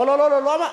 לא, לא, לא.